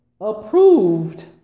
approved